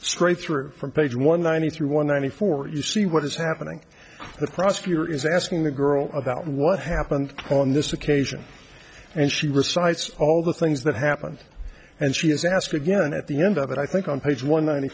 straight through from page one ninety three one ninety four you see what is happening the prosecutor is asking the girl about what happened on this occasion and she recites all the things that happened and she has asked again at the end of it i think on page one ninety